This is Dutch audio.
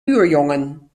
buurjongen